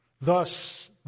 Thus